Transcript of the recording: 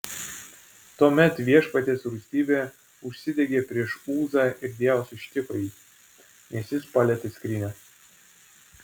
tuomet viešpaties rūstybė užsidegė prieš uzą ir dievas ištiko jį nes jis palietė skrynią